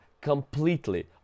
completely